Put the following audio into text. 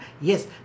yes